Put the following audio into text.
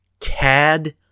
Cad